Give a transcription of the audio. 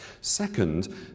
Second